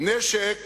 נשק